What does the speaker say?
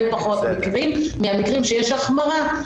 שזה הרבה פחות מקרים מאשר שיש החמרה.